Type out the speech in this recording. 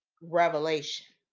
revelation